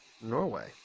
Norway